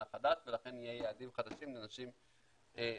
החדש ולכן יהיו יעדים חדשים לנשים ערביות.